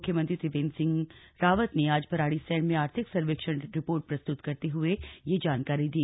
मुख्यमंत्री त्रिवेन्द्र सिंह रावत ने आज भराड़ीसैंण में आर्थिक सर्वेक्षण रिर्पोट प्रस्तुत करते हए यह जानकारी दी